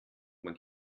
man